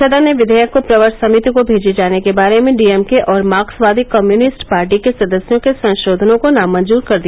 सदन ने विधेयक को प्रवर समिति को भेजे जाने के बारे में डीएमके और मार्क्सवादी कम्युनिस्ट पार्टी के सदस्यों के संशोधनों को नामंजूर कर दिया